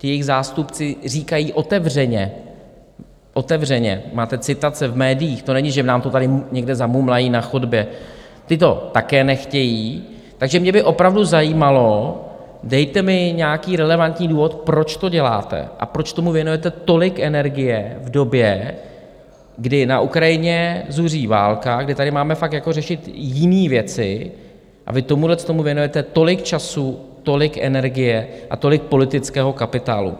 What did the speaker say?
Jejich zástupci říkají otevřeně otevřeně, máte citace v médiích, to není, že nám to tady někde zamumlají na chodbě ti to také nechtějí, takže mě by opravdu zajímalo, dejte mi nějaký relevantní důvod, proč to děláte a proč tomu věnujete tolik energie v době, kdy na Ukrajině zuří válka, kdy tady máme fakt řešit i jiné věci, a vy tomuhle věnujete tolik času, tolik energie a tolik politického kapitálu.